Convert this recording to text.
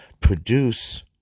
produce